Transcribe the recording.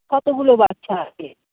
কতগুলো বাচ্চা আছে